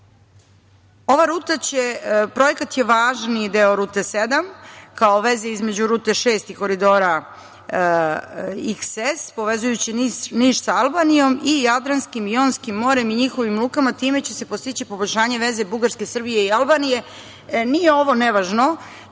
radova. Projekat je važni deo rute sedam, kao veze između rute šest i koridora XS, povezujući Niš sa Albanijom i Jadranskim i Jonskim morem i njihovim lukama. Time će se postići poboljšanje veze Bugarske, Srbije i Albanije. Nije ovo nevažno.